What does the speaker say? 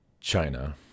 China